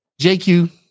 JQ